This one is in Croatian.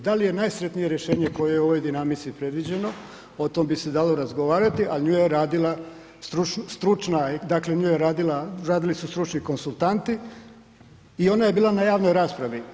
Da li je najsretnije rješenje koje je u ovoj dinamici predviđeno, o tome bi se dalo razgovarati, ali nju je radila stručna, dakle radili su stručni konzultanti i ona je bila na javnoj raspravi.